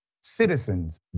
citizens